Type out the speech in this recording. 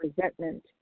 resentment